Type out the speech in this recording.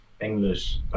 English